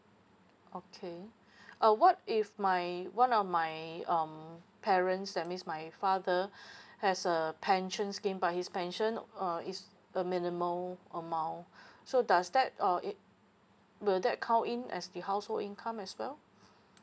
okay uh what if my one of my um parents that means my father has a pensions scheme but his pension uh is a minimal amount so does that uh it will that count in as the household income as well